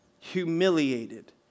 humiliated